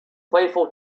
playful